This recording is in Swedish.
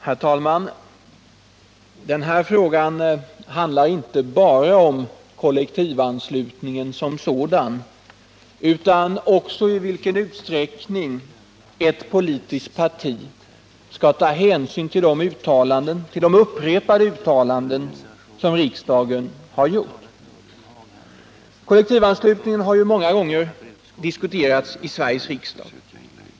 Herr talman! Denna fråga handlar inte bara om kollektivanslutningen som sådan utan också om i vilken utsträckning ett politiskt parti skall ta hänsyn till uttalanden som riksdagen upprepade gånger gjort. Kollektivanslutningen har åtskilliga gånger diskuterats i Sveriges riksdag.